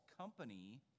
company